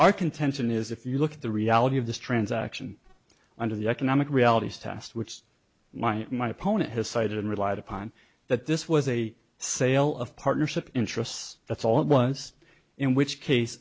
contention is if you look at the reality of this transaction under the economic realities tast which is why my opponent has cited relied upon that this was a sale of partnership interests that's all it was in which case